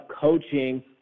coaching